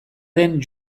den